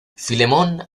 filemón